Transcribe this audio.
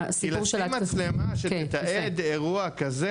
כי לשים מצלמה שתתעד אירוע כזה